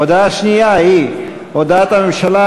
הודעה שנייה היא הודעת הממשלה,